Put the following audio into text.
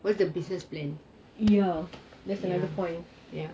yes that's another point yes